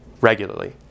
regularly